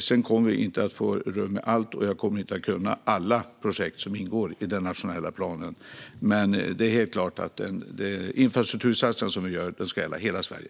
Sedan kommer vi inte att få rum med allt, och jag kommer inte att kunna alla projekt som ingår i den nationella planen. Men det är helt klart att de infrastruktursatsningar vi gör ska gälla hela Sverige.